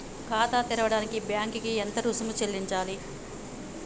ఖాతా తెరవడానికి బ్యాంక్ కి ఎంత రుసుము చెల్లించాలి?